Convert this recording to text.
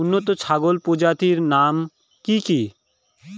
উন্নত ছাগল প্রজাতির নাম কি কি?